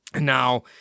now